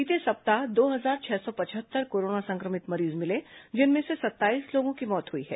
बीते सप्ताह दो हजार छह सौ पचहत्तर कोरोना संक्रमित मरीज मिले जिनमें से सत्ताईस लोगों की मौत हुई है